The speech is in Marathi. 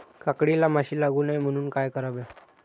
काकडीला माशी लागू नये म्हणून काय करावे?